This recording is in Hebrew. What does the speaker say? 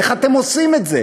איך אתם עושים את זה?